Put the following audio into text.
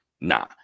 Nah